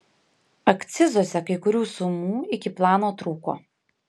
akcizuose kai kurių sumų iki plano trūko